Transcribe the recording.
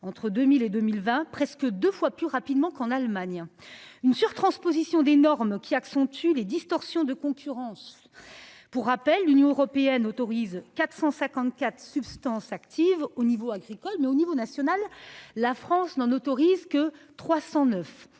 entre 2000 et 2020, presque 2 fois plus rapidement qu'en Allemagne. Une surtransposition des normes qui accentue les distorsions de concurrence. Pour rappel, l'Union européenne autorise 454 substances actives au niveau agricole, mais au niveau national. La France n'en autorise que 309